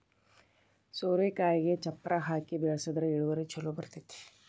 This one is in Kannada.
ಸೋರೆಕಾಯಿಗೆ ಚಪ್ಪರಾ ಹಾಕಿ ಬೆಳ್ಸದ್ರ ಇಳುವರಿ ಛಲೋ ಬರ್ತೈತಿ